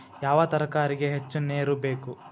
ಯಾವ ತರಕಾರಿಗೆ ಹೆಚ್ಚು ನೇರು ಬೇಕು?